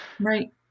right